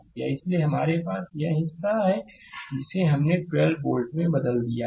slide समय देखें 1043 इसलिए हमारे पास यह हिस्सा है जिसे हमने 12 वोल्ट में बदल दिया है